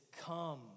come